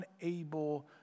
unable